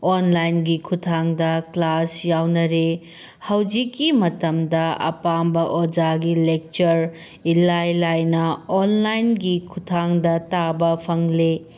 ꯑꯣꯟꯂꯥꯏꯟꯒꯤ ꯈꯨꯠꯊꯥꯡꯗ ꯀ꯭ꯂꯥꯁ ꯌꯥꯎꯅꯔꯤ ꯍꯧꯖꯤꯛꯀꯤ ꯃꯇꯝꯗ ꯑꯄꯥꯝꯕ ꯑꯣꯖꯥꯒꯤ ꯂꯦꯛꯆꯔ ꯏꯂꯥꯏ ꯂꯥꯏꯅ ꯑꯣꯟꯂꯥꯏꯟꯒꯤ ꯈꯨꯠꯊꯥꯡꯗ ꯇꯥꯕ ꯐꯪꯂꯤ